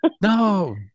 No